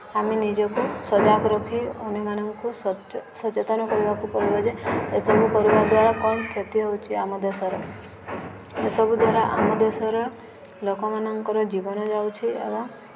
ଆମେ ନିଜକୁ ସଜାଗ ରଖି ଅନ୍ୟମାନଙ୍କୁ ସଚେତନ କରିବାକୁ ପଡ଼ିବ ଯେ ଏସବୁ କରିବା ଦ୍ୱାରା କ'ଣ କ୍ଷତି ହେଉଛି ଆମ ଦେଶର ଏସବୁ ଦ୍ୱାରା ଆମ ଦେଶର ଲୋକମାନଙ୍କର ଜୀବନ ଯାଉଛି ଏବଂ